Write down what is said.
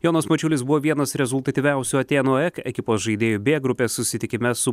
jonas mačiulis buvo vienas rezultatyviausių atėnų e ekipos žaidėjų b grupės susitikime su